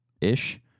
ish